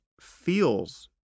feels